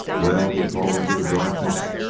well? he called into the darkness.